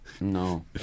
No